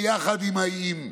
ביחד עם האיים.